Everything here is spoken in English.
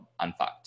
Unfucked